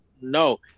No